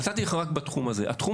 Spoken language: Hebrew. נתתי לך דוגמאות רק בתחום המשפטי,